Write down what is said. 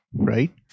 right